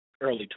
early